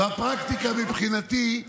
והפרקטיקה מבחינתי היא